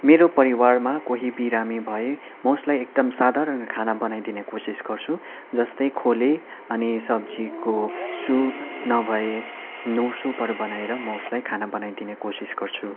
मेरो परिवारमा कोही बिरामी भए म उसलाई एकदम साधारण खाना बनाइदिने कोसिस गर्छु जस्तै खोले अनि सब्जीको सुप नभए नोर सुपहरू बनाएर म उसलाई खाना बनाइदिने कोसिस गर्छु